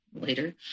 later